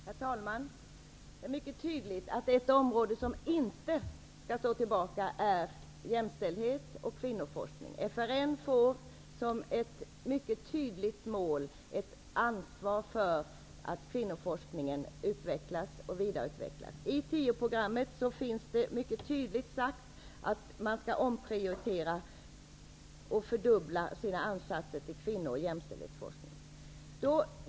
Herr talman! Det är mycket tydligt att ett område som inte skall stå tillbaka är jämställdhets och kvinnoforskning. FRN får ett mycket tydligt ansvar för att kvinnoforskningen utvecklas och vidareutvecklas. I tiopunktsprogrammet är det mycket tydligt sagt att man skall omprioritera och fördubbla insatserna till kvinno och jämställdhetsforskning.